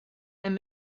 and